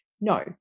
no